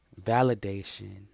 validation